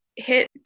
hit